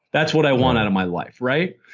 that's what i want out of my life. right?